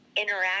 interact